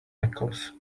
necklace